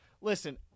Listen